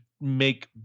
make